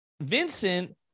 Vincent